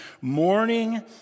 morning